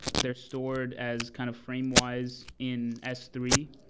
they're stored as kind of frame-wise in s three,